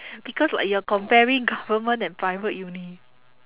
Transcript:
because like you are comparing government and private uni